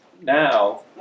now